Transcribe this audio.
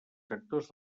sectors